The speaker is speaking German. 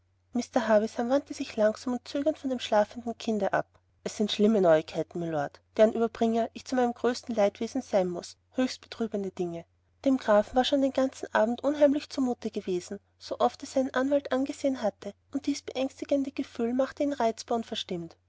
mr havisham wandte sich langsam und zögernd von dem schlafenden kinde ab es sind schlimme neuigkeiten mylord deren ueberbringer ich zu meinem größten leidwesen sein muß höchst betrübende dinge dem grafen war schon den ganzen abend unheimlich zu mute gewesen so oft er seinen anwalt angesehen hatte und dies beängstigende gefühl machte ihn reizbar und verstimmt